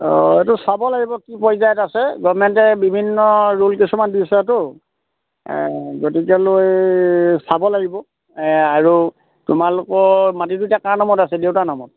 অঁ এইটো চাব লাগিব কি পৰ্য্য়ায়ত আছে গভৰ্ণমেণ্টে বিভিন্ন ৰুল কিছুমান দিছেতো গতিকেলৈ চাব লাগিব আৰু তোমালোকৰ মাটিটো এতিয়া কাৰ নামত আছে দেউতাৰ নামত